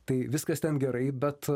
tai viskas ten gerai bet